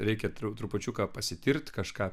reikia trupučiuką pasitirt kažką